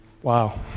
Wow